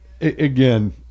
again